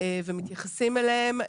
ומתייחסים אליהם,